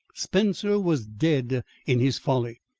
spencer was dead in his folly.